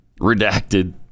Redacted